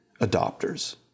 adopters